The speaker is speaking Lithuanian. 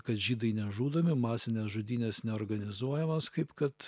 kad žydai nežudomi masinės žudynės neorganizuojamos kaip kad